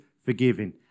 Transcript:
forgiving